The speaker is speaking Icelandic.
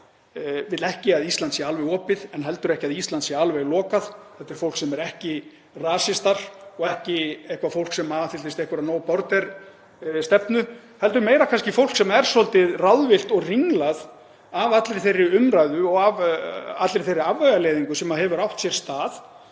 vill ekki að Ísland sé alveg opið en heldur ekki að Ísland sé alveg lokað. Þetta er fólk sem er ekki rasistar og ekki eitthvert fólk sem aðhyllist einhverja landamæralausa stefnu heldur meira kannski fólk sem er svolítið ráðvillt og ringlað af allri þeirri umræðu og allri þeirri afvegaleiðingu sem hefur átt sér stað